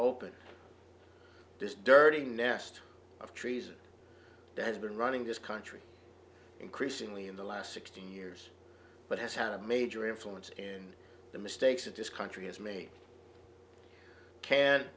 open this dirty nest of treason that's been running this country increasingly in the last sixteen years but has had a major influence in the mistakes of this country has m